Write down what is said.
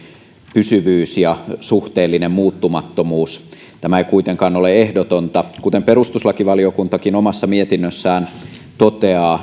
pysyvyys ja suhteellinen muuttumattomuus tämä ei kuitenkaan ole ehdotonta kuten perustuslakivaliokuntakin omassa mietinnössään toteaa